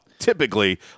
Typically